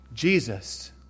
Jesus